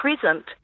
present